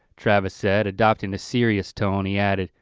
travis said, adopting a serious tone, he added,